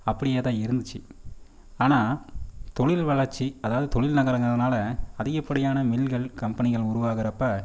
அப்படியேதான் இருந்துச்சு ஆனால் தொழில் வளர்ச்சி அதாவது தொழில் நகரங்கிறதனால் அதிகபடியான மில்கள் கம்பெனிகள் உருவாகிறப்ப